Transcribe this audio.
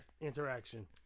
interaction